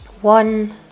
One